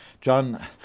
John